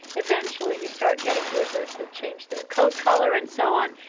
eventually, you start getting lizards that change their coat color and so on.